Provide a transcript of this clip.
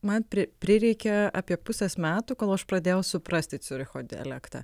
man prireikė apie pusės metų kol aš pradėjau suprasti ciuricho dialektą